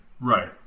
Right